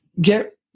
get